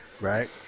right